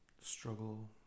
struggle